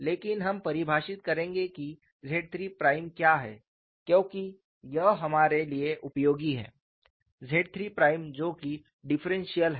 लेकिन हम परिभाषित करेंगे कि ZIII प्राइम क्या है क्योंकि यह हमारे लिए उपयोगी है ZIII प्राइम जो कि डिफरेंशियल है